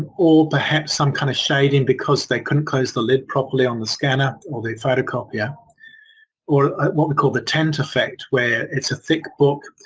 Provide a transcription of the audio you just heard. or perhaps some kind of shading because they couldn't close the lid properly on the scanner. or photocopier or what we call the tent effect where it is a thick book,